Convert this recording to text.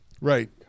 right